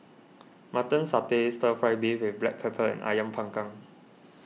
Mutton Satay Stir Fry Beef with Black Pepper and Ayam Panggang